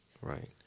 Right